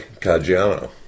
Caggiano